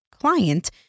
client